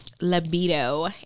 libido